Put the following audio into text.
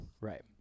Right